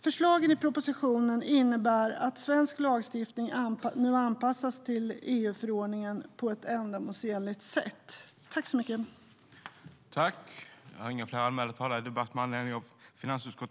Förslagen i propositionen innebär att svensk lagstiftning nu anpassas till EU-förordningen på ett ändamålsenligt sätt.